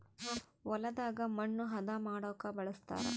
ಹೊಲದಾಗ ಮಣ್ಣು ಹದ ಮಾಡೊಕ ಬಳಸ್ತಾರ